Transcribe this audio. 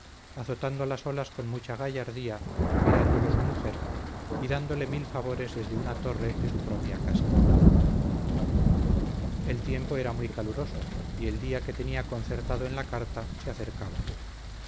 azotando las olas con mucha gallardía mirándolo su mujer y dándole mil favores desde una torre de su propia casa el tiempo era muy caluroso y el día que tenía concertado en la carta se acercaba